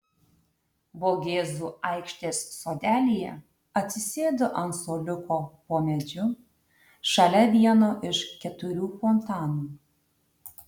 vogėzų aikštės sodelyje atsisėdu ant suoliuko po medžiu šalia vieno iš keturių fontanų